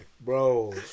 Bro